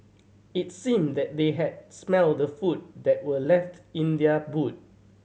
it seemed that they had smelt the food that were left in their boot